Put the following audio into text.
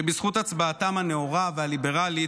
שבזכות הצבעתם הנאורה והליברלית,